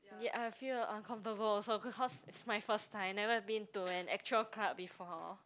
ya I feel uncomfortable also cause it's my first time never been to an actual club before